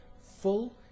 full